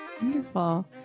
Wonderful